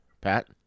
Pat